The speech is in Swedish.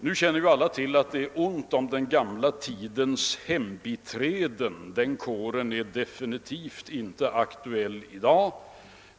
Nu vet vi alla att det är ont om den gamla tidens hembiträden. Den kåren är definitivt inte aktuell i dag.